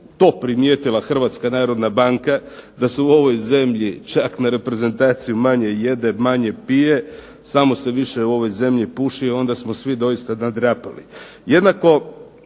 to primijetila Hrvatska narodna banka da se u ovoj zemlji čak na reprezentaciju manje jede, manje pije, samo se više u ovoj zemlji puši onda smo svi doista nadrapali.